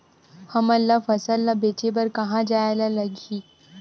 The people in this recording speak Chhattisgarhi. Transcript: हमन ला फसल ला बेचे बर कहां जाये ला लगही?